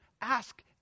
ask